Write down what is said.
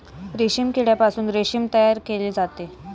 रेशीम किड्यापासून रेशीम तयार केले जाते